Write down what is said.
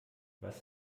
was